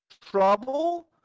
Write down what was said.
trouble